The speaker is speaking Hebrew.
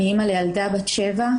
אני אימא לילדה בת שבע.